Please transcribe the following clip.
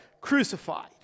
crucified